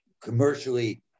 commercially